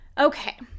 Okay